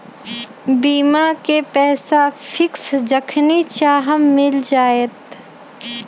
बीमा के पैसा फिक्स जखनि चाहम मिल जाएत?